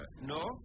No